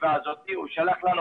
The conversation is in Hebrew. אפשר.